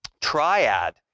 triad